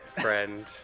friend